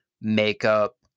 makeup